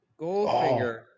Goldfinger